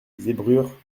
zébrure